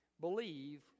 Believe